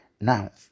Now